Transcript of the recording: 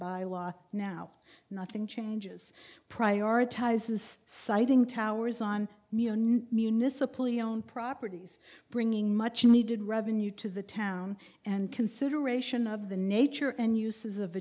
by law now nothing changes prioritizes citing towers on municipally owned properties bringing much needed revenue to the town and consideration of the nature and uses of